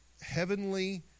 heavenly